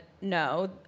no